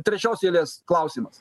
trečios eilės klausimas